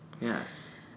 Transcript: yes